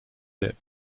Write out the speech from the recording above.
lip